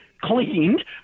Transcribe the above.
cleaned